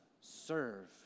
serve